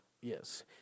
Yes